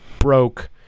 broke